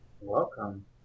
Welcome